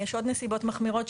יש עוד נסיבות מחמירות,